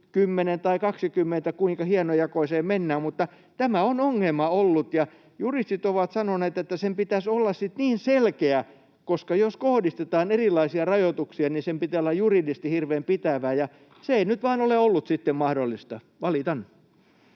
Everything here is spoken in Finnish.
siitä, kuinka hienojakoiseen mennään — mutta tämä on ongelma ollut. Juristit ovat sanoneet, että sen pitäisi olla sitten niin selkeää, koska jos kohdistetaan erilaisia rajoituksia, niin sen pitää olla juridisesti hirveän pitävää. Se ei nyt vaan ole ollut sitten mahdollista. Valitan.